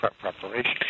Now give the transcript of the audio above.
Preparation